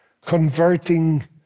Converting